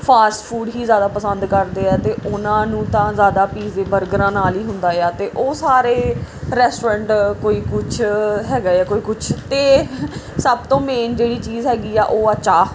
fast food ਹੀ ਜ਼ਿਆਦਾ ਪਸੰਦ ਕਰਦੇ ਆ ਅਤੇ ਉਹਨਾਂ ਨੂੰ ਤਾਂ ਜ਼ਿਆਦਾ ਪੀਜ਼ੇ ਬਰਗਰਾਂ ਨਾਲ ਹੀ ਹੁੰਦਾ ਆ ਅਤੇ ਉਹ ਸਾਰੇ ਰੈਸਟੋਰੈਂਟ ਕੋਈ ਕੁਛ ਹੈਗਾ ਆ ਕੋਈ ਕੁਛ ਅਤੇ ਸਭ ਤੋਂ ਮੇਨ ਜਿਹੜੀ ਚੀਜ ਹੈਗੀ ਆ ਉਹ ਹੈ ਚਾਹ